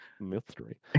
mystery